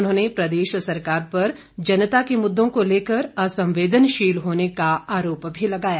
उन्होंने प्रदेश सरकार पर जनता के मुद्दों को लेकर असंवेदनशील होने का आरोप भी लगाया